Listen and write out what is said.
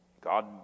God